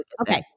Okay